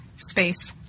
space